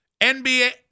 NBA